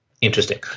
interesting